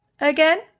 again